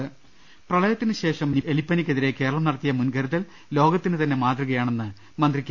രുവെട്ടിരു പ്രളയത്തിന് ശേഷം എലിപ്പനിക്കെതിരെ കേരളം നടത്തിയ മുൻകരുതൽ ലോകത്തിന് തന്നെ മാതൃകയാണെന്ന് മന്ത്രി കെ